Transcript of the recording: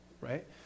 right